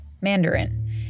Mandarin